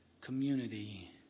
community